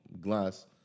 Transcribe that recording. glass